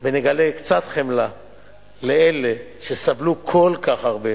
ונגלה קצת חמלה לאלה שסבלו כל כך הרבה